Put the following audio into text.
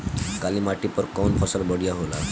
काली माटी पर कउन फसल बढ़िया होला?